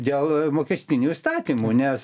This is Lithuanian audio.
dėl mokestinių įstatymų nes